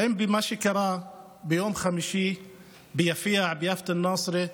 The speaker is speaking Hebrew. האם במה שקרה ביום חמישי ביפיע, ביאפת א-נאצרה,